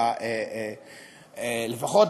לפחות